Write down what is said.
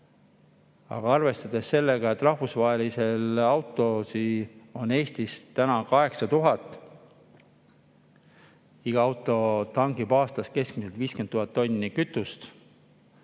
Aga arvestame sellega, et rahvusvaheliste [vedude] autosid on Eestis täna 8000, iga auto tangib aastas keskmiselt 50 000 tonni kütust.